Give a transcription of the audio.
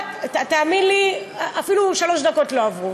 תאמין לי, אפילו שלוש דקות לא עברו.